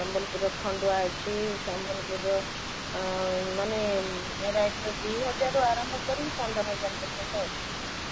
ସମ୍ବଲପୁର ଖଣ୍ଡୁଆ ଅଛି ସମ୍ବଲପୁରର ମାନେ ଭେରାଇଟିର ଦୁଇ ହଜାରରୁ ଆରମ୍ଭ କରିକି ପନ୍ଦର ହଜାର ପର୍ଯ୍ୟନ୍ତ ଅଛି ଶାଢ଼ି